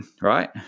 right